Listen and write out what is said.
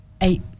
Eight